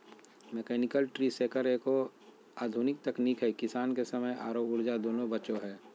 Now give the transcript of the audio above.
mechanical tree shaker एगो आधुनिक तकनीक है किसान के समय आरो ऊर्जा दोनों बचो हय